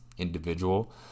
individual